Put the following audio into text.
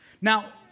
Now